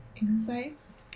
insights